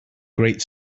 great